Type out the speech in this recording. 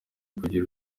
kugira